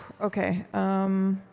Okay